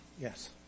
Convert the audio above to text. Yes